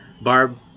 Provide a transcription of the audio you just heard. Barb